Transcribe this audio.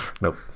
Nope